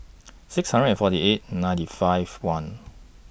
six hundred and forty eight ninety five one